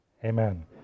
Amen